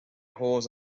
holes